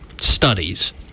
studies